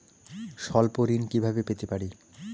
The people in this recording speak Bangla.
স্বল্প ঋণ কিভাবে পেতে পারি?